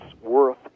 worth